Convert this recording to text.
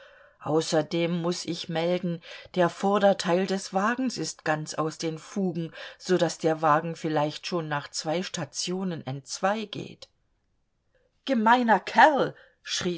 außerdem muß ich melden der vorderteil des wagens ist ganz aus den fugen so daß der wagen vielleicht schon nach zwei stationen entzweigeht gemeiner kerl